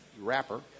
wrapper